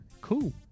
cool